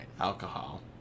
Alcohol